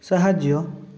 ସାହାଯ୍ୟ